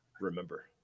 remember